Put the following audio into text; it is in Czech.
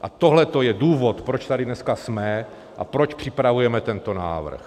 A tohle to je důvod, proč tady dneska jsme a proč připravujeme tento návrh.